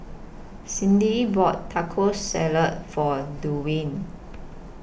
Clydie bought Taco Salad For Duwayne